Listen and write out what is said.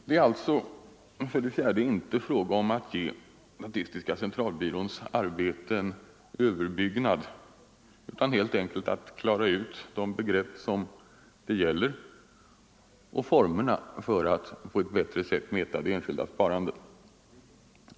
Det är alltså, för det fjärde, inte fråga om att ge statistiska centralbyråns arbete en överbyggnad utan helt enkelt att klara ut de begrepp som det gäller — och formerna för att på ett bättre sätt mäta det enskilda sparandet.